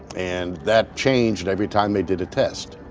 and that changed every time they did a test.